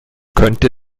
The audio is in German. könnte